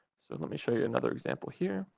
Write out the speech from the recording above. so, let me show you another example here.